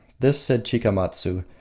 this, said chikamatsu,